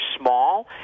small